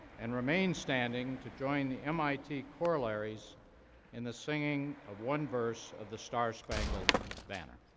and remain standing to join the mit chorallaries in the singing of one verse of the star spangled banner.